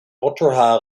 ultra